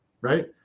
right